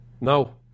no